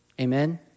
amen